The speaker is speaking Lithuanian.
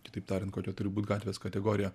kitaip tariant kokia turi būti gatvės kategorija